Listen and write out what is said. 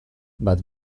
bat